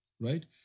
right